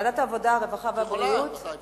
בוועדת העבודה, הרווחה והבריאות